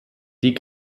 die